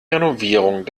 renovierung